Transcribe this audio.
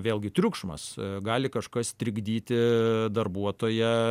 vėlgi triukšmas gali kažkas trikdyti darbuotoją